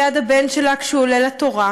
אימא לא יכולה לעמוד ליד הבן שלה כשהוא עולה לתורה,